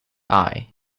aye